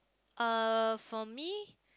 uh for me